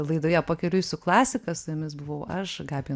laidoje pakeliui su klasika su jumis buvau aš gabija